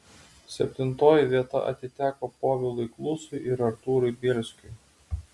septintoji vieta atiteko povilui klusui ir artūrui bielskiui